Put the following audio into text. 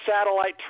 satellite